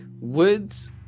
Woods